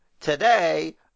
Today